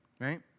right